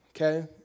Okay